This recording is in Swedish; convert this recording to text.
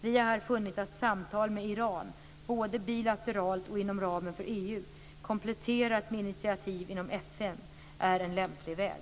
Vi har här funnit att samtal med Iran, både bilateralt och inom ramen för EU, kompletterat med initiativ inom FN är en lämplig väg.